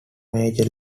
major